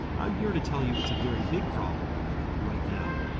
i'm here to tell you it's a very big problem right now.